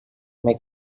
make